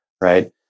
right